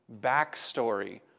backstory